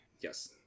Yes